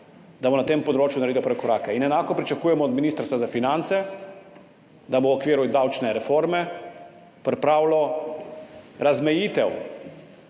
na tem področju naredilo prve korake. Enako pričakujemo od Ministrstva za finance, da bo v okviru davčne reforme pripravilo razmejitev